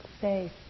safe